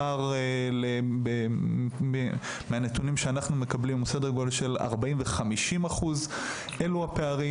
הפער מהנתונים שאנחנו מקבלים הוא סדר גודל של 40-50%. אלו הפערים.